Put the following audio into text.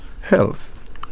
health